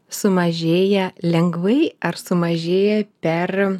sumažėja lengvai ar sumažėja per